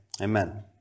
Amen